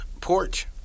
porch